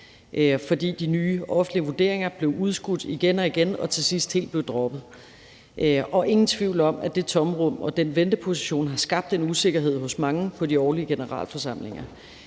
fordi de nye offentlige vurderinger blev udskudt igen og igen og de til sidst helt blev droppet. Og der er ingen tvivl om, at det tomrum og den venteposition har skabt en usikkerhed hos mange på de årlige generalforsamlinger,